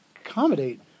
accommodate